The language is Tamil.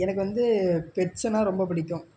எனக்கு வந்து பெட்ஸுனா ரொம்ப பிடிக்கும்